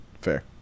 Fair